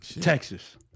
Texas